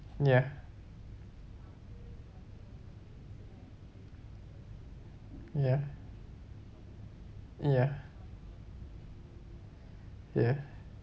ya ya ya ya